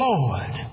Lord